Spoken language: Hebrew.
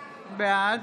בעד